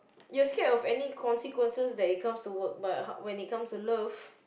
you scared of any consequences that it comes to work but when it comes to love